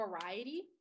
variety